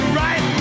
right